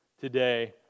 today